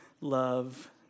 love